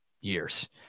years